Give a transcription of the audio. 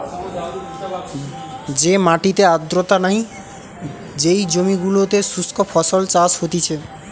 যে মাটিতে আর্দ্রতা নাই, যেই জমি গুলোতে শুস্ক ফসল চাষ হতিছে